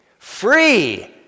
Free